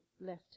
left